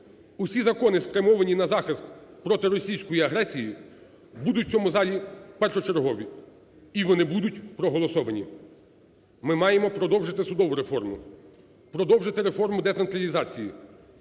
Усі закони, спрямовані на захист проти російської агресії будуть у цьому залі першочергові, і вони будуть проголосовані. Ми маємо продовжити судову реформу. Продовжити реформу децентралізації,